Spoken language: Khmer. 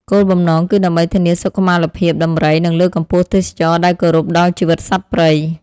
គោលបំណងគឺដើម្បីធានាសុខុមាលភាពដំរី និងលើកកម្ពស់ទេសចរណ៍ដែលគោរពដល់ជីវិតសត្វព្រៃ។